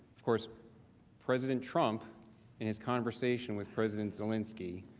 of course president trump and his conversation with president zelinski,